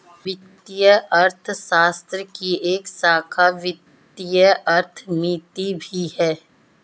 वित्तीय अर्थशास्त्र की एक शाखा वित्तीय अर्थमिति भी है